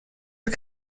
are